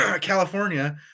California